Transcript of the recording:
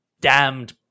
damned